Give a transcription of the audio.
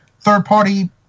third-party